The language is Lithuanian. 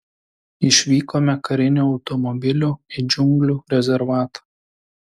išvykome kariniu automobiliu į džiunglių rezervatą